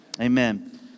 Amen